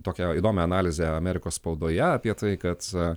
tokią įdomią analizę amerikos spaudoje apie tai kad